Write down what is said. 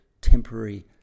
temporary